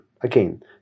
Again